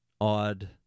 odd